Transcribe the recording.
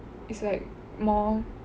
it's like more